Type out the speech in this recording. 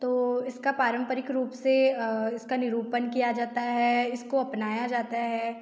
तो इसका पारंपरिक रूप से इसका निरूपण किया जाता है इसको अपनाया जाता है